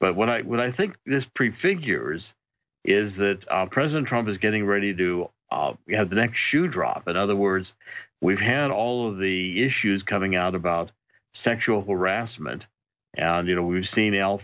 but what i would i think this prefigures is that president trump is getting ready to do you have the next shoe to drop in other words we've had all of the issues coming out about sexual harassment and you know we've seen al